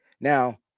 Now